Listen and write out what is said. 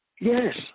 Yes